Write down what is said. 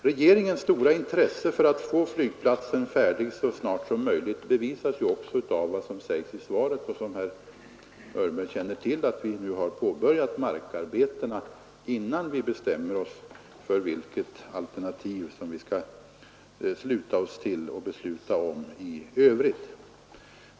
Regeringens stora intresse för att få flygplatsen färdig så snart som möjligt bevisas ju också av vad som sägs i svaret och som herr Hörberg känner till — att vi nu har påbörjat markarbetena innan vi bestämmer oss för vilket alternativ som vi skall besluta om i övrigt.